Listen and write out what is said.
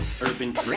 urban